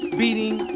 beating